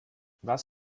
was